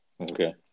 okay